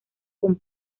con